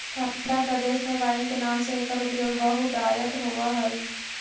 ठण्ढा प्रदेश में वाइन के नाम से एकर उपयोग बहुतायत होवऽ हइ